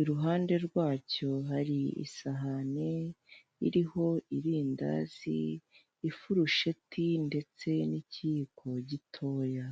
iruhande rwacyo hari isahane iriho irindazi, ifurusheti ndetse n'ikiyiko gitoya.